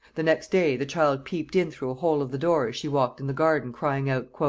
the next day the child peeped in through a hole of the door as she walked in the garden, crying out,